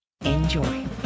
Enjoy